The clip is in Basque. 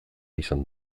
izan